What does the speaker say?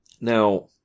Now